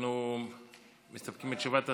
אנחנו מסתפקים בתשובת השר?